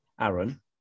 Aaron